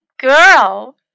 girl